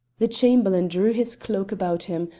the chamberlain drew his cloak about him,